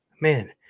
man